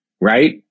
Right